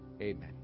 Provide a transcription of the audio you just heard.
Amen